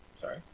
sorry